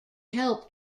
help